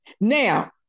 Now